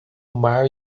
mar